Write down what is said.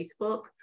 Facebook